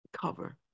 Cover